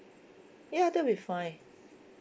ya that'll be fine